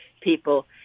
people